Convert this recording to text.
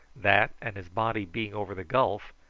that and his body being over the gulf,